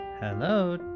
hello